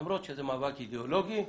למרות שזה מאבק אידיאולוגי,